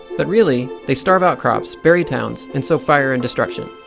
but really, they starve out crops, bury towns, and so fire and destruction.